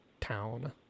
town